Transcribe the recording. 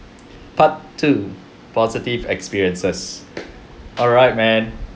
part two positive experiences alright man